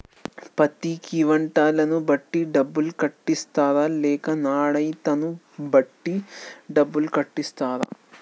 పత్తి క్వింటాల్ ను బట్టి డబ్బులు కట్టిస్తరా లేక నాణ్యతను బట్టి డబ్బులు కట్టిస్తారా?